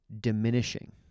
diminishing